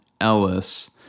Ellis